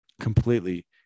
completely